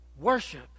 Worship